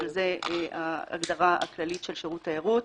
אבל זו ההגדרה הכללית של שירות תיירות.